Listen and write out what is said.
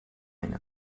eine